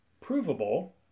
provable